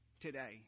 today